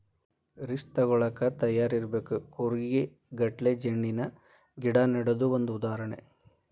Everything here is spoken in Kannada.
ರಿಸ್ಕ ತುಗೋಳಾಕ ತಯಾರ ಇರಬೇಕ, ಕೂರಿಗೆ ಗಟ್ಲೆ ಜಣ್ಣಿನ ಗಿಡಾ ನೆಡುದು ಒಂದ ಉದಾಹರಣೆ